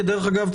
כדרך אגב,